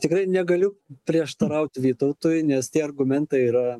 tikrai negaliu prieštaraut vytautui nes tie argumentai yra